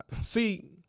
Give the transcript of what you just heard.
See